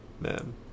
man